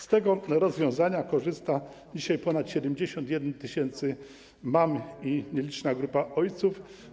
Z tego rozwiązania korzysta dzisiaj ponad 71 tys. mam i nieliczna grupa ojców.